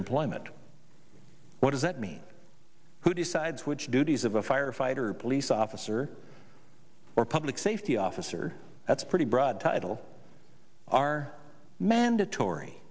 employment what does that mean who decides which duties of a firefighter police officer or public safety officer that's pretty broad title are mandatory